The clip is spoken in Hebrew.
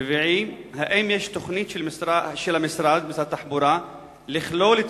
4. האם יש תוכנית של משרד התחבורה לכלול את